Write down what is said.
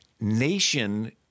Nation